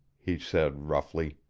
he said roughly.